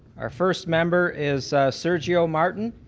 our first member is sergio martin